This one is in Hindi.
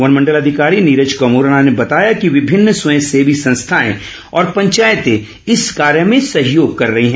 वन मंडल अधिकारी नीरज कुमार ने बताया कि विभिन्न स्वयं सेवी संस्थाएं और पंचायतें इस कार्य में सहयोग कर रही हैं